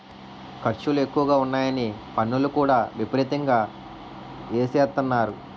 ఖర్చులు ఎక్కువగా ఉన్నాయని పన్నులు కూడా విపరీతంగా ఎసేత్తన్నారు